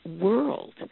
world